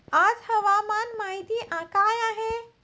आज हवामान माहिती काय आहे?